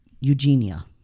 eugenia